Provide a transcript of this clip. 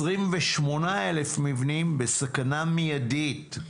28,000 מבנים בסכנה מידית,